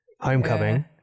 Homecoming